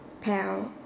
pail